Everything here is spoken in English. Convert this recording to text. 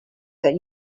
that